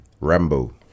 Rambo